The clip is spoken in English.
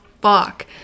fuck